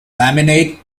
laminate